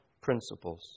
principles